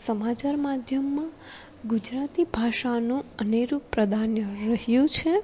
સમાચાર માધ્યમમાં ગુજરાતી ભાષાનું અનેરું પ્રાધાન્ય રહ્યું છે